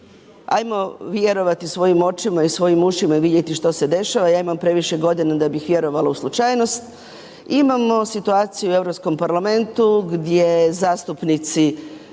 ajmo vjerovati svojim očima i svojim ušima i vidjeti što se dešava, ja imam previše godina da bih vjerovala u slučajnost. Imamo situaciju u Europskom parlamentu gdje zastupnici